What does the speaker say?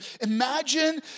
imagine